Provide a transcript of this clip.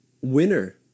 Winner